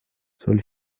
soll